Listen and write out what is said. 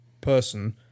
person